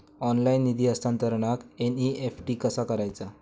Online निधी हस्तांतरणाक NEFT कसा वापरायचा?